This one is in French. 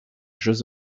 jeux